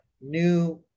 new